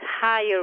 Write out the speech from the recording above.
higher